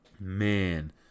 Man